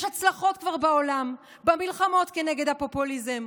יש כבר הצלחות בעולם במלחמות כנגד הפופוליזם,